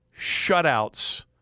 shutouts